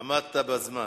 עמדת בזמן.